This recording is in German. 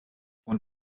und